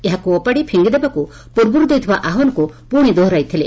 ଏହାକୁ ଓପାଡି ଫିଙ୍ଗିଦେବାକୁ ପୂର୍ବରୁ ଦେଇଥିବା ଆହ୍ୱାନକୁ ପୁଣି ଦେହରାଇଥିଲେ